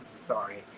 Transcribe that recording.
Sorry